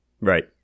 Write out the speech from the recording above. right